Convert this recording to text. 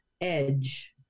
edge